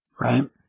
Right